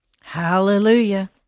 Hallelujah